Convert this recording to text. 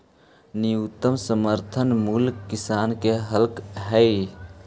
न्यूनतम समर्थन मूल्य किसान के हक हइ